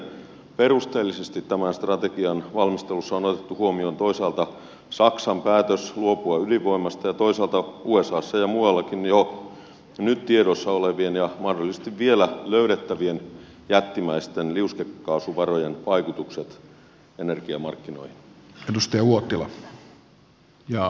miten perusteellisesti tämän strategian valmistelussa on otettu huomioon toisaalta saksan päätös luopua ydinvoimasta ja toisaalta usassa ja muuallakin jo nyt tiedossa olevien ja mahdollisesti vielä löydettävien jättimäisten liuskekaasuvarojen vaikutukset energiamarkkinoihin